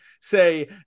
say